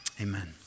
amen